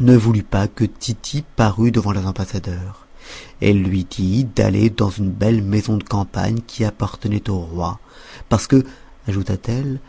ne voulut pas que tity parût devant les ambassadeurs elle lui dit d'aller dans une belle maison de campagne qui appartenait au roi parce que ajouta-t-elle